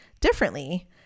differently